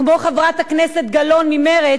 כמו חברת הכנסת גלאון ממרצ,